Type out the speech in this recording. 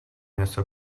něco